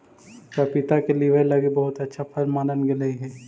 पपीता के लीवर लागी बहुत अच्छा फल मानल गेलई हे